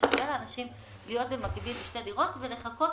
ששווה יותר לאנשים להחזיק במקביל בשתי דירות ולחכות